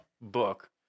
book